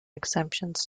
exemptions